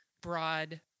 broad